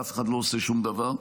ואף אחד לא עושה שום דבר.